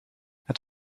het